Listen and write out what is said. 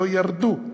לא ירדו.